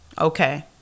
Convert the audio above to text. okay